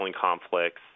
conflicts